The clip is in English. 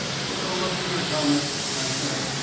take a look here, thomas, i said.